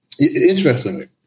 Interestingly